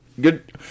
good